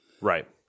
Right